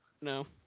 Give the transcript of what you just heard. No